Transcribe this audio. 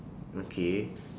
okay